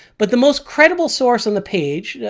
but the most credible source on the page,